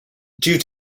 due